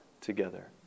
together